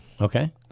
Okay